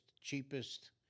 cheapest